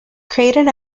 created